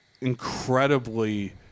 incredibly